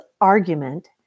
argument